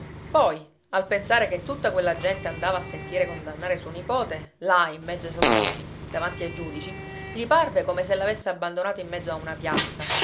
poi al pensare che tutta quella gente andava a sentire condannare suo nipote là in mezzo ai soldati davanti ai giudici gli parve come se l'avesse abbandonato in mezzo a una piazza